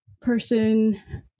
person